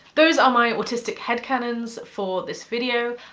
those are my autistic headcanons for this video.